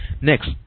Next